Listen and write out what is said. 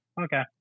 Okay